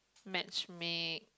match make